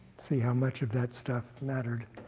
see how much of that stuff mattered.